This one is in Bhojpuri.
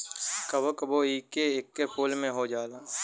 कबो कबो इ एके फूल में हो जाला